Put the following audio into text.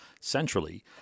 Centrally